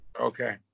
Okay